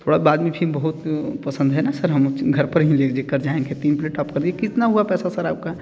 थोड़ा बाद में भी बहुत पसंद है ना सर हम घर पर ही ले ले कर जाएंगे तीन प्लेट आप कर दीजिए कितना हुआ पैसा सर आपका